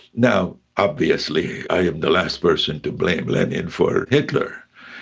now, obviously i am the last person to blame lenin for hitler,